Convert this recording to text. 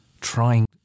trying